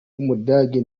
w’umudage